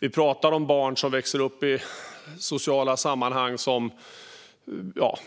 Vi talar om barn som växer upp i sociala sammanhang som